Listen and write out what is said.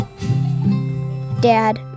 dad